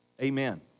Amen